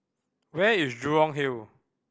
where is Jurong Hill